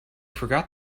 forget